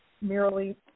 merely